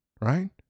right